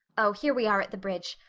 oh, here we are at the bridge.